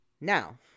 Now